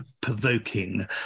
provoking